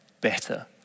better